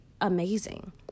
amazing